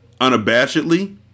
unabashedly